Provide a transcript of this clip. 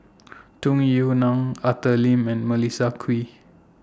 Tung Yue Nang Arthur Lim and Melissa Kwee